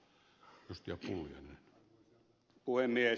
arvoisa puhemies